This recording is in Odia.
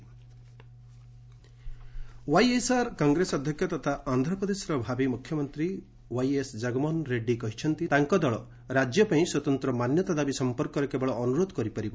PM Jagan meet YSR Congress ଅଧ୍ୟକ୍ଷ ତଥା ଆନ୍ଧ୍ରପ୍ରଦେଶର ଭାବି ମୁଖ୍ୟମନ୍ତ୍ରୀ ୱାଇଏସ୍ ଜଗନ୍ମୋହନ ରେଡ଼ି କହିଛନ୍ତି ତାଙ୍କ ଦଳ ରାଜ୍ୟପାଇଁ ସ୍ୱତନ୍ତ୍ର ମାନ୍ୟତା ଦାବି ସମ୍ପର୍କରେ କେବଳ ଅନ୍ତରୋଧ କରିପାରିବ